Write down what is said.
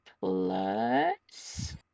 plus